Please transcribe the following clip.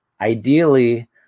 ideally